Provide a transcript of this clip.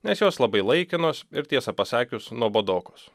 nes jos labai laikinos ir tiesą pasakius nuobodokos